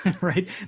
right